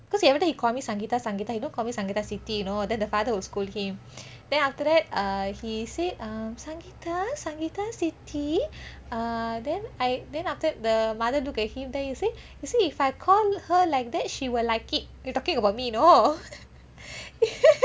because everytime he call me sangeetha sangeetha he don't call me sangeetha சித்தி:chithi you know then the father will scold him then after that err he say err sangeetha sangeetha சித்தி:chithi err then after that the mother look at him then he say you see if I call her like that she will like it talking about me you know